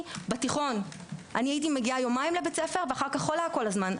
בתיכון הייתי מגיעה יומיים לבית הספר ואחר כך חולה כל הזמן.